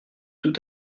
tout